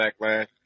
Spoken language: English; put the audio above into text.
backlash